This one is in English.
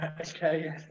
okay